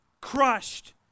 crushed